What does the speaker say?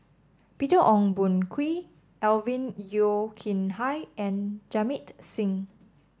Peter Ong Boon Kwee Alvin Yeo Khirn Hai and Jamit Singh